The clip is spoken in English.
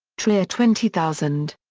trier twenty thousand.